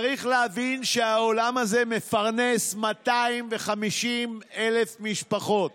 צריך להבין שהעולם הזה מפרנס 250,000 משפחות,